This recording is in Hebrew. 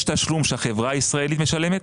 יש תשלום שהחברה הישראלית משלמת